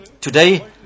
Today